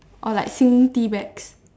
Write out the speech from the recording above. or like singing tea bags